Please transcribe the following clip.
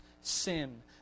sin